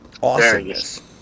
Awesome